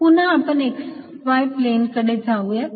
पुन्हा आपण x y plane कडे जाऊयात